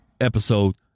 episode